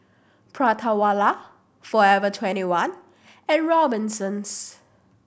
Prata Wala Forever Twenty One and Robinsons